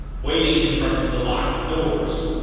waiting in front of the locked doors.